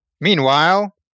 Meanwhile